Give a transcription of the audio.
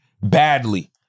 badly